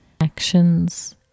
actions